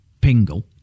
Pingle